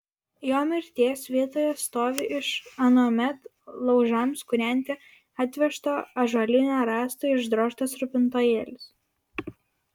jo mirties vietoje stovi iš anuomet laužams kūrenti atvežto ąžuolinio rąsto išdrožtas rūpintojėlis